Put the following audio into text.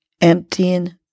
emptying